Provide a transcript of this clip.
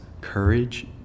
courage